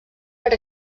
per